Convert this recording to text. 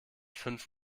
fünf